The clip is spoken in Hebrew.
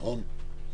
נכון?